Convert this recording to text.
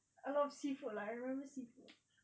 a lot of seafood lah I remember seafood